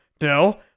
no